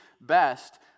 best